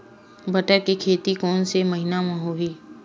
बटर के खेती कोन से महिना म होही?